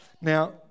Now